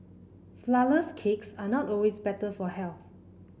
flourless cakes are not always better for health